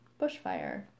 bushfire